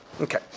Okay